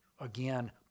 again